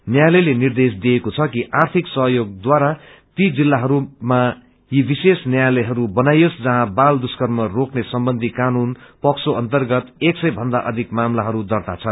न्यायातयले निर्देश दिएको छ कि आर्थिक सहयोगद्वारा ती जिल्लाहरूमा यी विशेष न्यायातयहरू बनाइयोस् जहौँ बाल दुर्ष्कम रोक्ने सम्बन्ची कानून पोक्सो अर्न्तगत एक सय भन्द अधिक मामताहरू दर्त्ता छन्